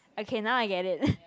okay now I get it